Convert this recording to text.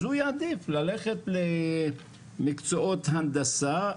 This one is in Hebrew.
אז הוא יעדיף ללכת למקצועות הנדסה,